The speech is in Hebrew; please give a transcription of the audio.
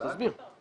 תסביר.